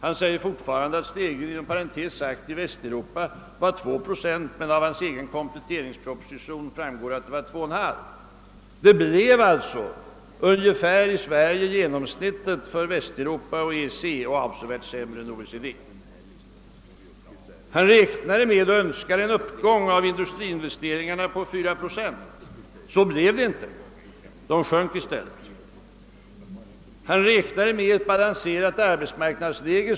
Han säger fortfarande att stegringen i Västeuropa var 2 procent, men av hans egen kompletteringsproposition fram går att ökningen 1967 var 2,5 procent. I Sverige var stegringen ungefär densamma som för Västeuropa och EEC men avsevärt sämre än för OECD. Finansministern räknade med och önskade en uppgång av industriinvesteringarna på 4 procent. Så blev det inte! De sjönk i stället. Han räknade med ett balanserat arbetsmarknadsläge.